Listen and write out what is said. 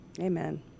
Amen